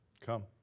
Come